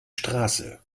straße